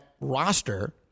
roster